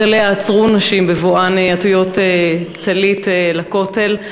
אליה עצרו נשים בבואן עטויות טלית לכותל.